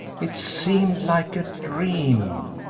it seemed like a dream!